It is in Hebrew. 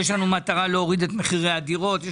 להוריד את מחירי הדירות,